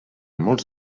molts